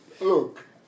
Look